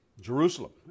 Jerusalem